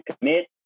commit